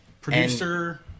producer